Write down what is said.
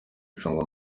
acunga